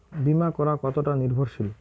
বীমা করা কতোটা নির্ভরশীল?